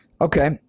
Okay